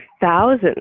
thousands